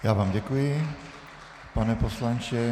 Já vám děkuji, pane poslanče.